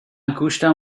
گوشتم